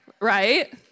right